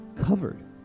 covered